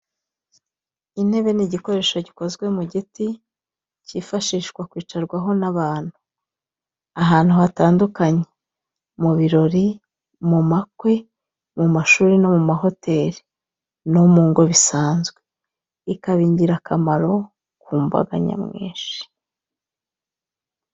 Intebe ni igikoresho gikozwe mu giti kifashishwa kwicarwaho n'abantu, ahantu hatandukanye mu birori, mu makwe, mu mashuri no mu mahoteri, no mungo bisanzwe ikaba ingirakamaro ku mbaga nyamwinshi.